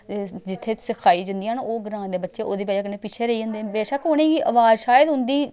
जित्थै सखाई जंदियां न ओह् ग्रांऽ दे बच्चे ओह्दी बजह कन्नै पिच्छे रेही जंदे बेशक्क उ'नेंगी अवाज शायद उं'दी